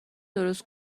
درست